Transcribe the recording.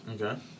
Okay